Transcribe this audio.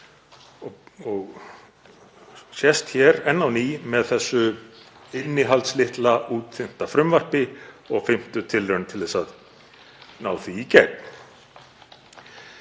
Það sést hér enn á ný með þessu innihaldslitla, útþynnta frumvarpi og fimmtu tilraun til að ná því í gegn.